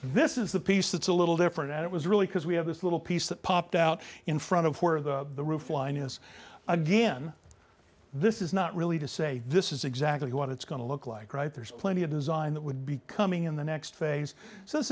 this is the piece that's a little different than it was really because we have this little piece that popped out in front of where the the roof line is again this is not really to say this is exactly what it's going to look like right there's plenty of design that would be coming in the next phase so this